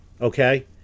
Okay